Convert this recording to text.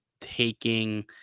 taking